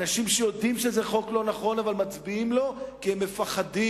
אנשים שיודעים שזה חוק לא נכון אבל מצביעים לו כי הם מפחדים,